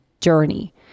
journey